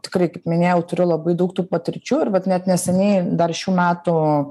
tikrai kaip minėjau turiu labai daug tų patirčių ir vat net neseniai dar šių metų